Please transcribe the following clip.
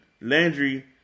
Landry